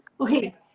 okay